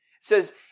says